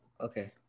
Okay